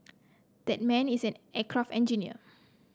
that man is an aircraft engineer